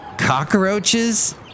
Cockroaches